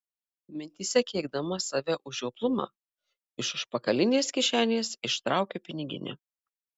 mintyse keikdama save už žioplumą iš užpakalinės kišenės ištraukiu piniginę